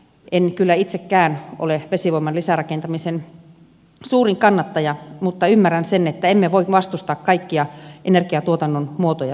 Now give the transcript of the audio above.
en kyllä itsekään ole vesivoiman lisärakentamisen suurin kannattaja mutta ymmärrän sen että emme voi vastustaa kaikkia energiatuotannon muotoja suomessa